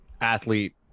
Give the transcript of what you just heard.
athlete